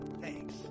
Thanks